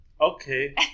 Okay